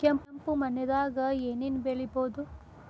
ಕೆಂಪು ಮಣ್ಣದಾಗ ಏನ್ ಏನ್ ಬೆಳಿಬೊದು?